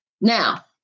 Now